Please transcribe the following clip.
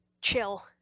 chill